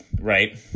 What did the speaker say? right